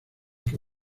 que